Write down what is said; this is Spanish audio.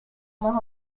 más